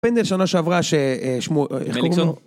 פנדל שנה שעברה ששמו... איך קוראים לו? רניקסון?